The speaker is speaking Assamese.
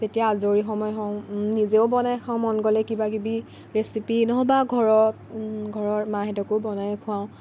যেতিয়া আজৰি সময় হওঁ নিজেও বনাই খাওঁ মন গ'লে কিবা কিবি ৰেচিপি নহ'বা ঘৰৰ ঘৰৰ মাহঁতকো বনাই খোৱাওঁ